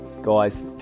Guys